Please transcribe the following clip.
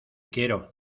quiero